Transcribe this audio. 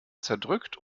zerdrückt